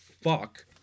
fuck